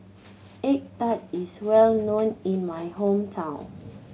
egg tart is well known in my hometown